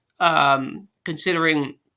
considering